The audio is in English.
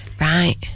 Right